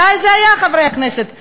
מתי זה היה, חברי הכנסת מהאופוזיציה?